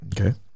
Okay